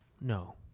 No